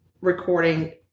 recording